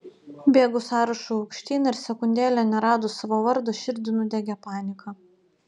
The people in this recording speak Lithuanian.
bėgu sąrašu aukštyn ir sekundėlę neradus savo vardo širdį nudiegia panika